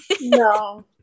No